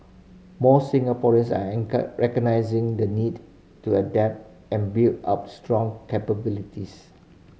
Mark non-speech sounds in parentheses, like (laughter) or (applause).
more Singaporeans are (unintelligible) recognising the need to adapt and build up strong capabilities